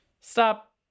Stop